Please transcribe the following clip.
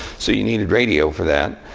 so you needed radio for that.